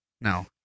No